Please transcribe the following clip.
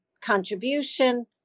contribution